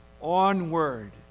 onward